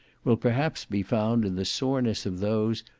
will perhaps be found in the soreness of those,